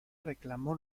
reclamó